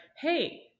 Hey